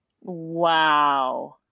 Wow